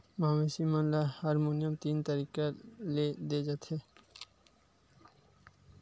मवेसी मन ल हारमोन तीन तरीका ले दे जाथे